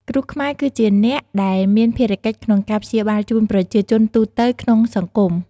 គ្រូខ្មែរគឺជាអ្នកដែលមានភារកិច្ចក្នុងការព្យាបាលជូនប្រជាជនទូទៅក្នុងសង្គម។